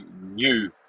new